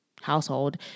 household